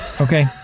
Okay